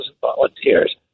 volunteers